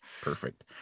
perfect